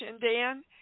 Dan